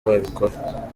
wabikora